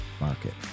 market